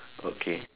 okay